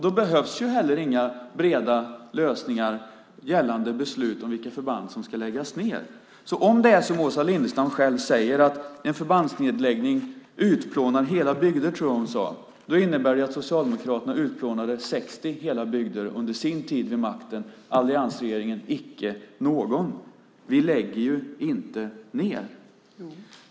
Då behövs heller inga breda lösningar gällande beslut om vilka förband som ska läggas ned. Om det är som Åsa Lindestam själv säger, att en förbandsnedläggning utplånar hela bygder, tror jag att hon sade, innebär det att Socialdemokraterna utplånade 60 hela bygder under sin tid vid makten - alliansregeringen icke någon. Vi lägger ju inte ned.